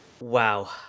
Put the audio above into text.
Wow